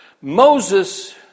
Moses